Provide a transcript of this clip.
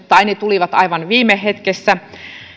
tai ne tulivat aivan viime hetkessä